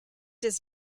does